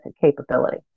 capability